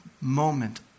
moment